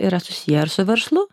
yra susiję ir su verslu